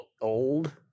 old